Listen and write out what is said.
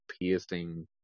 piercing